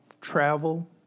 travel